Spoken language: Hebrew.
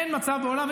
אין מצב בעולם.